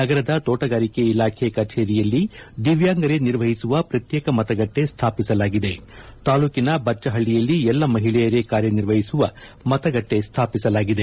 ನಗರದ ತೋಟಗಾರಿಕೆ ಇಲಾಖೆ ಕಚೇರಿಯಲ್ಲಿ ದಿವ್ಕಾಂಗರೇ ನಿರ್ವಹಿಸುವ ಪ್ರತ್ಯೇಕ ಮತಗಟ್ಟೆ ಸ್ಥಾಪಿಸಲಾಗಿದೆ ತಾಲೂಕಿನ ಬಚ್ಚಪಳ್ಳಿಯಲ್ಲಿ ಎಲ್ಲಾ ಮಹಿಳೆಯರೇ ಕಾರ್ಯನಿರ್ವಹಿಸುವ ಮತಗಟ್ಟೆ ಸ್ಥಾಪಿಸಲಾಗಿದೆ